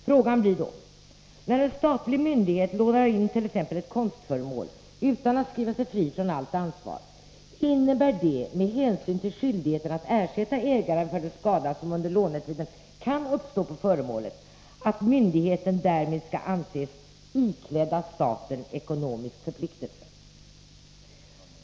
Frågan blir då: När en statlig myndighet lånar in t.ex. ett konstföremål utan att skriva sig fri från allt ansvar, innebär det — med hänsyn till skyldigheten att ersätta ägaren för den skada som under lånetiden kan uppstå på föremålet — att myndigheten därmed skall anses ”ikläda staten ekonomisk förpliktelse”?